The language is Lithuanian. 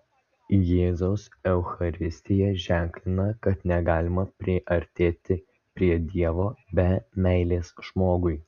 jėzaus eucharistija ženklina kad negalima priartėti prie dievo be meilės žmogui